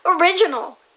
original